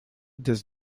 does